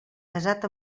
casat